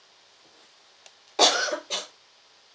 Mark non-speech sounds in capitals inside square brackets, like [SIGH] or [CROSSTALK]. [COUGHS]